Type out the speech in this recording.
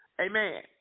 Amen